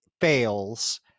fails